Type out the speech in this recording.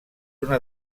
una